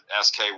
SK